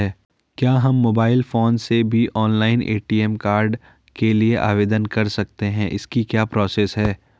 क्या हम mobile phone से भी ऑनलाइन ए.टी.एम कार्ड के लिए आवेदन कर सकते हैं इसकी क्या प्रोसेस है?